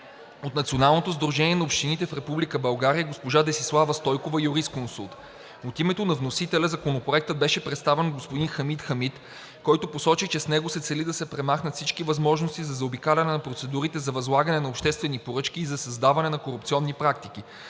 от Националното сдружение на общините в Република България – госпожа Десислава Стойкова – юрисконсулт. От името на вносителя Законопроектът беше представен от господин Хамид Хамид, който посочи, че с него се цели да се премахнат всички възможности за заобикаляне на процедурите за възлагане на обществени поръчки и за създаване на корупционни практики.